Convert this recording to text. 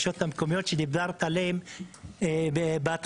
המקומיות שדיברת עליהן בהתחלה.